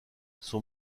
son